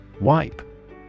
Wipe